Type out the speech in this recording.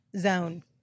zone